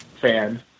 fan